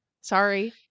Sorry